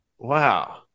Wow